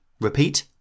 Repeat